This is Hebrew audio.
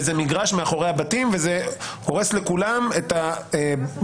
באיזה מגרש מאחורי הבתים וזה הורס לכולם את הבריאות,